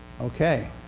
Okay